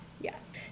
Yes